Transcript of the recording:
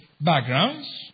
backgrounds